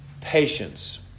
patience